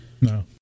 No